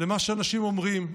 למה שאנשים אומרים,